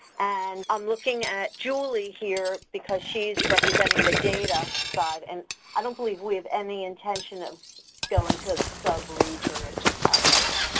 and i'm looking at julie here because she's representing the data side, and i don't believe we have any intention of going to the sub-region or sub-padd level.